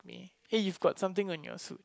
meh eh you've got something on your suit